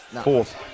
fourth